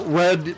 red